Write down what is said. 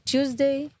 Tuesday